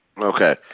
Okay